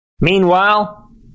Meanwhile